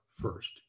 first